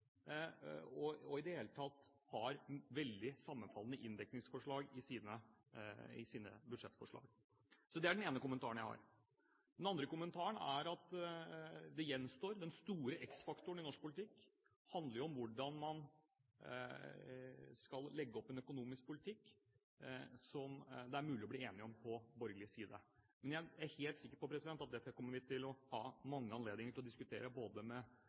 viktigste, og i det hele tatt har veldig sammenfallende inndekningsforslag i sine budsjettforslag. Det er den ene kommentaren jeg har. Den andre kommentaren er at den store x-faktoren som gjenstår i norsk politikk, handler jo om hvordan man skal legge opp en økonomisk politikk som det er mulig å bli enig om på borgerlig side. Jeg er helt sikker på at dette kommer vi til å ha mange anledninger til å diskutere, både